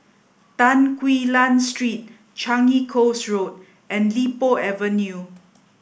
Tan Quee Lan Street Changi Coast Road and Li Po Avenue